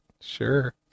Sure